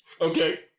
Okay